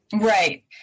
Right